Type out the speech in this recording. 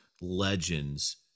legends